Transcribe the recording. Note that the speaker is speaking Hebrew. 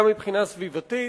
גם מבחינה סביבתית.